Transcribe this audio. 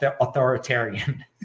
authoritarian